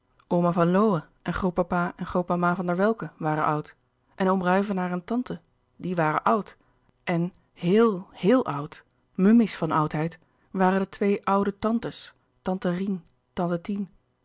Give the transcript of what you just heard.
van lowe en grootpapa en grootmama van der welcke waren oud en oom ruyvenaer en tante die waren oud en heel heel oud mummies van oudheid waren de twee oude tantes tante rien tante